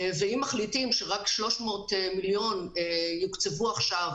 ואם מחליטים שרק 300 מיליון יוקצבו עכשיו,